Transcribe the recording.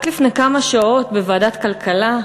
רק לפני כמה שעות, בוועדת הכלכלה,